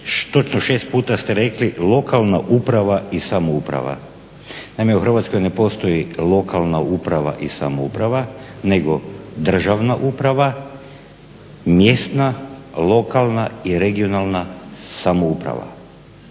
točno 6 puta ste rekli, lokalna uprava i samouprava. Naime, u Hrvatskoj ne postoji lokalna uprava i samouprava, nego državna uprava, mjesna, lokalna i regionalna samouprava.